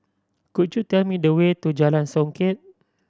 could you tell me the way to Jalan Songket